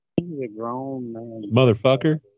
Motherfucker